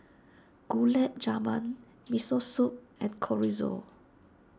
Gulab Jamun Miso Soup and Chorizo